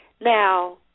Now